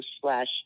slash